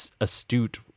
astute